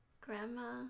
Grandma